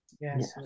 yes